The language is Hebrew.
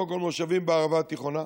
קודם כול, במושבים בערבה התיכונה,